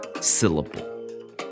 syllable